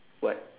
what